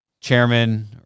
Chairman